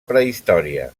prehistòria